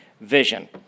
vision